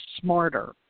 smarter